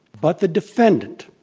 but the defendant,